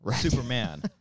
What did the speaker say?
Superman